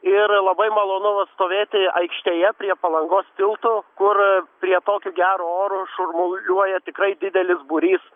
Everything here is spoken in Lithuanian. ir labai malonu va stovėti aikštėje prie palangos tilto kur prie tokio gero oro šurmuliuoja tikrai didelis būrys